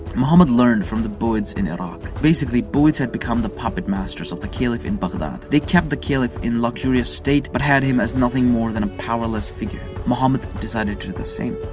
muhammad learned from the buyids in iraq. basically, buyids had become the puppet masters of the caliph in baghdad. they kept the caliph in luxurious state but had him as nothing more than a powerless figurehead. muhammad decided to do the same.